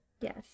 yes